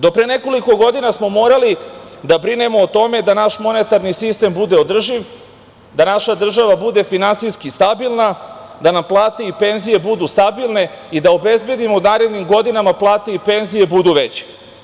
Do pre nekoliko godina smo morali da brinemo o tome da naš monetarni sistem bude održiv, da naša država bude finansijski stabilna, da nam plate i penzije budu stabilne i da obezbedimo da nam u narednim godinama plate i penzije budu veće.